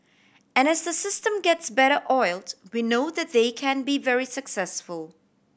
and as the system gets better oiled we know that they can be very successful